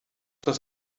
das